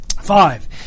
Five